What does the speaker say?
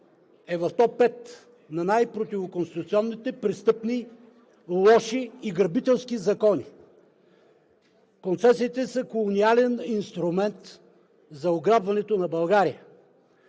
е в Топ 5 на най-противоконституционните, престъпни, лоши и грабителски закони. Концесиите са колониален инструмент за ограбването на България.